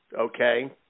Okay